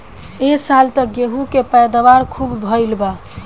ए साल त गेंहू के पैदावार खूब भइल बा